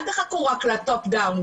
אל תחכו רק לטופ-דאון,